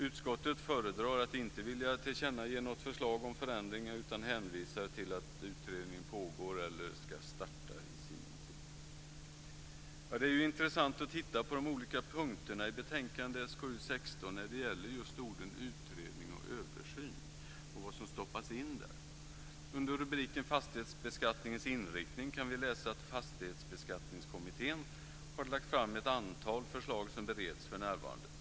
Utskottet föredrar att inte vilja tillkännage något förslag om förändring utan hänvisar till att utredning pågår eller ska starta i sinom tid. Det är ju intressant att titta på de olika punkterna i betänkande SkU16 när det gäller just orden "utredning" och "översyn" och vad som stoppas in där. Under rubriken Fastighetsbeskattningens inriktning kan vi läsa att Fastighetsbeskattningskommittén har lagt fram ett antal förslag som bereds för närvarande.